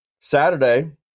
Saturday